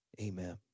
Amen